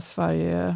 Sverige